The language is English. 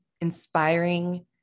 inspiring